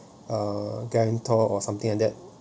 uh guarantor or something like that